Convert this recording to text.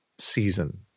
Season